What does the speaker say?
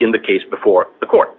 in the case before the court